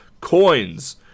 Coins